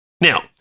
Now